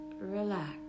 relax